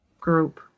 group